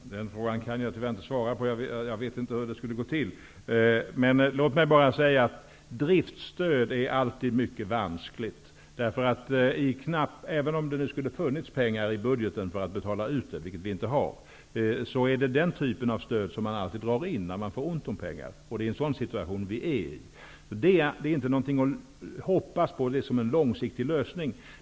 Fru talman! Den frågan kan jag tyvärr inte svara på. Jag vet inte hur det skulle gå till. Låt mig bara säga att driftstöd alltid är mycket vanskligt. Även om det skulle ha funnits pengar i budgeten för att betala ut det, vilket det inte fanns pengar för, är den typen av stöd det som man alltid drar in när det är ont om pengar. Det är en sådan situation nu. Det är ingenting att hoppas på som en långsiktig lösning.